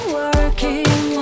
working